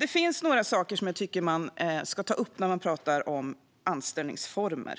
Det finns några saker som jag tycker att man ska ta upp när man pratar om anställningsformer.